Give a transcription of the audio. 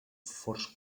forts